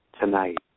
tonight